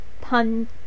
pun